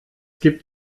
gibt